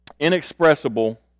inexpressible